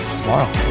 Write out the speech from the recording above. tomorrow